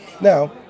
Now